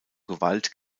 gewalt